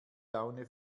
laune